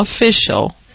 official